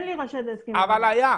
היה.